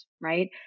right